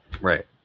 Right